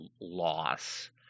loss